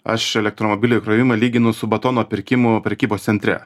aš elektromobilio įkrovimą lyginu su batono pirkimu prekybos centre